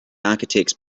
architects